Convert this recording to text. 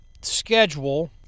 schedule